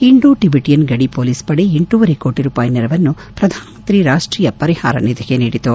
Indo Tibetan ಗಡಿ police ಪಡೆ ಎಂಟೂವರೆ ಕೋಟಿ ರೂಪಾಯಿ ನೆರವನ್ನು ಪ್ರಧಾನಮಂತ್ರಿ ರಾಷ್ಟೀಯ ಪರಿಹಾರ ನಿಧಿಗೆ ನೀಡಿತು